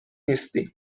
نیستی